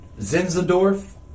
Zinzendorf